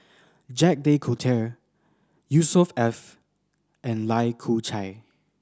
Jacques De Coutre Yusnor Ef and Lai Kew Chai